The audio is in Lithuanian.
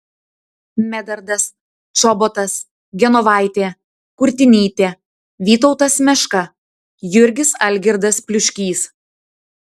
medardas čobotas genovaitė kurtinytė vytautas meška jurgis algirdas pliuškys